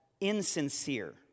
insincere